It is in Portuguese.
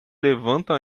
levantam